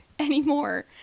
anymore